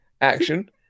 action